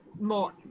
more